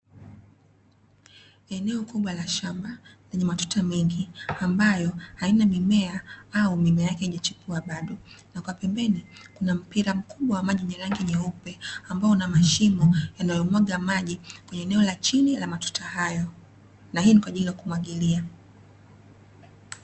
Eneo kubwa la shamba lenye matuta mengi, ambayo haina mimea au mimea yake haijachipua bado, na kwapembeni kuna mpira mkubwa wa maji wenye rangi nyeupe, ambao una mashimo yanayomwaga maji kwenye eneo la chini la matuta hayo na hii ni kwa ajili ya kumwagilia.